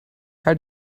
how